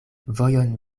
vojon